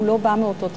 הוא לא בא מאותו תקציב,